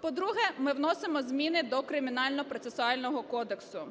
По-друге, ми вносимо зміни до Кримінально-процесуального кодексу.